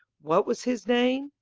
what was his name?